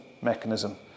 mechanism